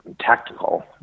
tactical